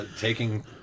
taking